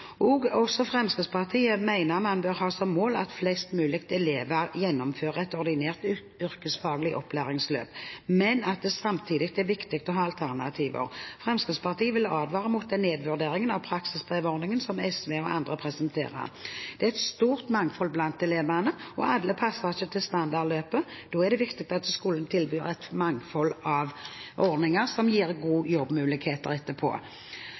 Rogaland. Også Fremskrittspartiet mener man bør ha som mål at flest mulig elever gjennomfører et ordinært yrkesfaglig opplæringsløp, men at det samtidig er viktig å ha alternativer. Fremskrittspartiet vil advare mot den nedvurderingen av praksisbrevordningen som SV og andre presenterer. Det er et stort mangfold blant elevene, og alle passer ikke til standardløpet. Da er det viktig at skolen tilbyr et mangfold av ordninger som gir gode jobbmuligheter etterpå.